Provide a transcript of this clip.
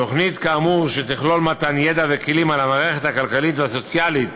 תוכנית כאמור תכלול מתן ידע וכלים על המערכת הכלכלית והסוציאלית